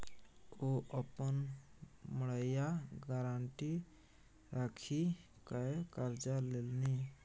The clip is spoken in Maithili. ओ अपन मड़ैया गारंटी राखिकए करजा लेलनि